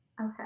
Okay